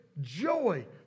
joy